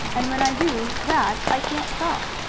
and when i do that i can't talk.